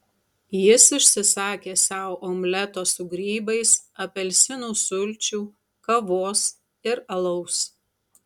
jis užsisakė sau omleto su grybais apelsinų sulčių kavos ir alaus